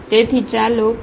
તેથી ચાલો પહેલા આ 13